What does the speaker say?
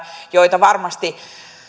joita varmasti